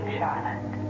Charlotte